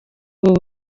ubu